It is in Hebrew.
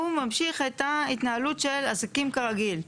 הוא ממשיך את ההתנהלות של עסקים כרגיל.